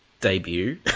debut